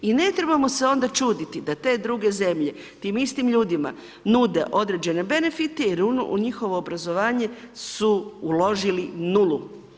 I ne trebamo se onda čuditi da te druge zemlje tim istim ljudima nude određene benefite jer u njihovo obrazovanje su uložili nulu.